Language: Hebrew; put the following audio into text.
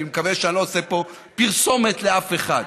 ואני מקווה שאני לא עושה פה פרסומת לאף אחד,